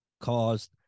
caused